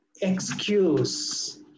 excuse